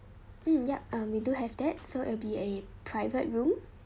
mm yup we do have that so it will be a private room